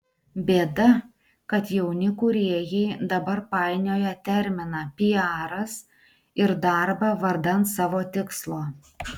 bėda kad jauni kūrėjai dabar painioja terminą piaras ir darbą vardan savo tikslo